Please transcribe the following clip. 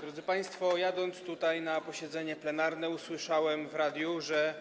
Drodzy państwo, jadąc tutaj na posiedzenie plenarne, usłyszałem w radiu, że